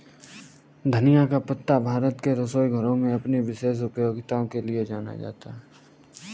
धनिया का पत्ता भारत के रसोई घरों में अपनी विशेष उपयोगिता के लिए जाना जाता है